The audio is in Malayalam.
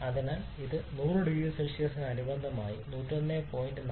അതിനാൽ ആദ്യം ഇത് 100 0സിക്ക് അനുബന്ധമായി 101